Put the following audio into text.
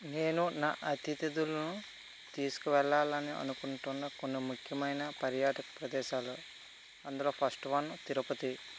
నేను నా అతిథులను తీసుకు వెళ్ళాలని అనుకుంటున్న కొన్ని ముఖ్యమైన పర్యాటక ప్రదేశాలు అందులో ఫస్ట్ వన్ తిరుపతి